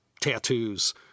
tattoos